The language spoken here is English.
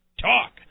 Talk